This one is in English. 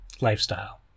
lifestyle